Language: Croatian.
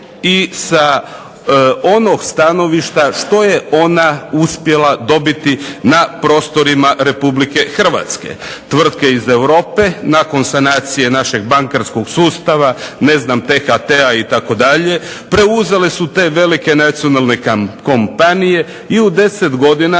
i sa onog stanovišta što je ona uspjela dobiti na prostorima Republike Hrvatske. Tvrtke iz Europe nakon sanacije našeg bankarskog sustava, ne znam THT-a itd. preuzele su te velike nacionalne kompanije. I u 10 godina